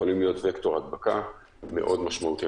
יכולים להיות וקטור הדבקה מאוד משמעותי.